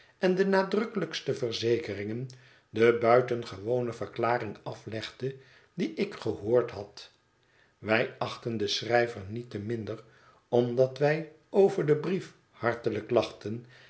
en de nadrukkelijkste verzekeringen de buitengewone verklaring aflegde die ik gehoord had wij achtten den schrijver niet te minder omdat wij over den brief hartelijk lachten